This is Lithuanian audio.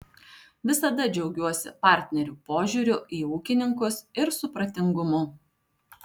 visada džiaugiuosi partnerių požiūriu į ūkininkus ir supratingumu